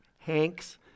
Hanks